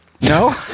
No